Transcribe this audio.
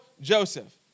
Joseph